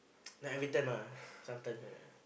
not everytime lah sometimes only ah